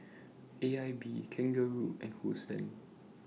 A I B Kangaroo and Hosen